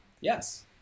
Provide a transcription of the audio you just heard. yes